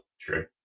true